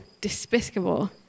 despicable